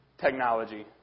technology